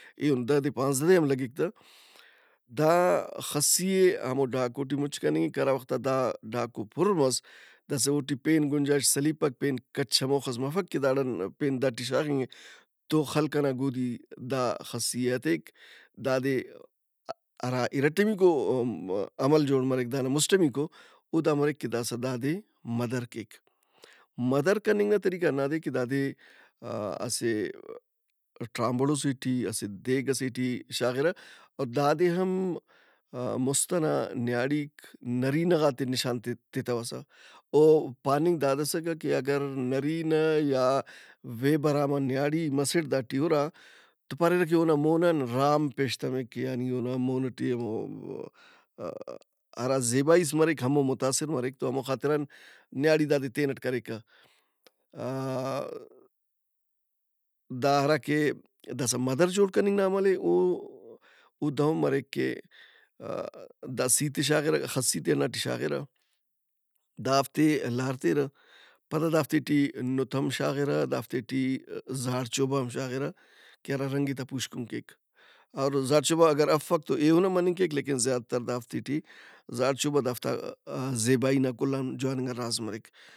ایہن دادے پانزدہ دے ہم لگِّک تہ۔ دا خسی ئے ہموڈھاکوٹی مُچ کننگک۔ ہرا وخت آ دا ڈھاکو پُر مس داسا اوٹی پین گنجائش سلیپک پین کچ ہموخس مفک کہ داڑان داٹی شاغِنگہِ تو خلق ئنا گودی دا خسی ئے ہتیک دادے ہراارٹمیکو م-م- عمل جوڑ مریک دانا مسٹمیکواودا مریک کہ داسا دادئے مدر کیک۔ مدر کننگ نا طریقہ ہنّاد اے کہ دادے اسہ ٹرامبڑوسے ٹی اسہ دیگ ئسے ٹی شاغِرہ۔ او داد ئے ہم م- مُست ئنا نیاڑیک نرینہ غات ئے نشان تِ تِتوسہ۔ او پاننگ دا اسکہ کہ اگر نرینہ یا وے براما نیاڑی مسڑ داٹی ہُرا توپاریرہ کہ اونا مون ان رام پیش تمک یعنی اونامون ئٹی ہمو ا-ا- ہرازیبائیِس مریک ہمو متاثر مریک۔ تو ہمو خاطران نیاڑی دادے تینٹ کریکہ۔ آا- داسا مدر جوڑ کننگ نا عمل اے او او دہن مریک کہ ا- دا سِیت ئے شاغِرہ خسیت ئے ہنّاٹے شاغِرہ دافتے لار تیرہ پدا دافتے ٹی نُت ہم شاغِرہ دافتے ٹی زارچوبہ ہم شاغِرہ کہ ہرا رنگ ئے تا پُوشکن کیک۔ اور زارچوبہ اگر افک تو ایہن ہم مننگ کیک لیکن زیادہ تر دافتے ٹی زارچوبہ دافتا زیبائی نا کل ان جواننگا راز مریک۔